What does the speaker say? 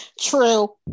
True